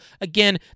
Again